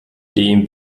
dem